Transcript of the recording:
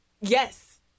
Yes